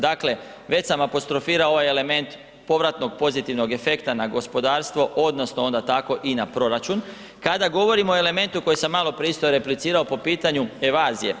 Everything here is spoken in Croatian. Dakle, već sam apostrofirao ovaj element povratnog pozitivnog efekta na gospodarstvo odnosno onda tako i na proračun, kada govorimo o elementu koji sam isto maloprije replicirao po pitanju evazije.